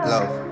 Love